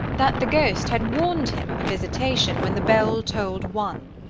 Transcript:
that the ghost had warned him of a visitation when the bell tolled one.